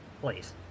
please